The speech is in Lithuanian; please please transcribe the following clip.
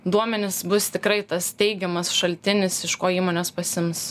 duomenys bus tikrai tas teigiamas šaltinis iš ko įmonės pasiims